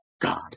God